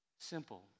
Simple